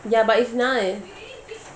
ya but it's nice